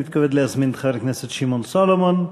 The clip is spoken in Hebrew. אני מתכבד להזמין את חבר הכנסת שמעון סולומון,